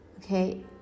Okay